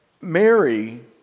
Mary